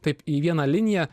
taip į vieną liniją